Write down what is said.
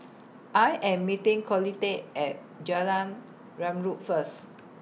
I Am meeting Colette At Jalan Zamrud First